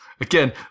Again